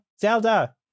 zelda